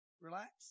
relax